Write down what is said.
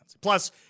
Plus